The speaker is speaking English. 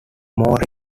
more